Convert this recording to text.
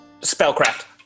spellcraft